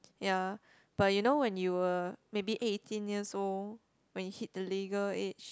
ya but you know when you were maybe eighteen years old when you hit the legal age